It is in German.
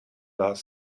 lars